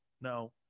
no